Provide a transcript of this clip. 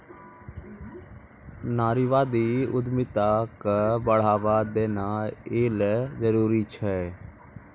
नारीवादी उद्यमिता क बढ़ावा देना यै ल जरूरी छै